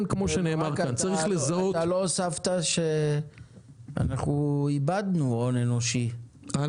אתה לא הוספת שאנחנו איבדנו הון אנושי,